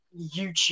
YouTube